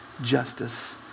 justice